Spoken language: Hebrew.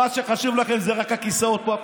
ומה שחשוב לכם זה רק הכיסאות פה.